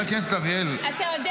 לא,